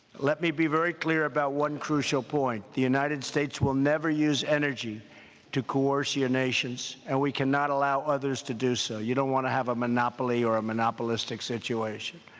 let me be very clear about one crucial point the united states will never use energy to coerce your nations, and we cannot allow others to do so. you don't want to have a monopoly or a monopolistic situation.